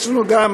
ישנה גם